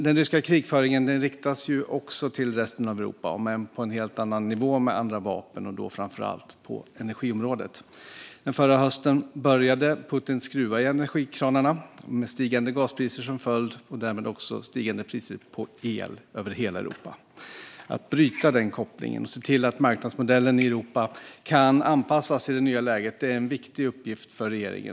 Den ryska krigföringen riktas också mot resten av Europa om än på en helt annan nivå och med andra vapen och då framför allt på energiområdet. Förra hösten började Putin att skruva i energikranarna med stigande gaspriser som följd och därmed också stigande priser på el över hela Europa. Att bryta den kopplingen och se till att marknadsmodellen i Europa kan anpassas till det nya läget är en viktig uppgift för regeringen.